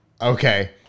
Okay